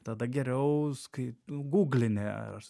tada geriaus kai tu gūglini ar